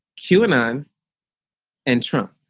queueing on and trump